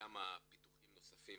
כמה פיתוחים נוספים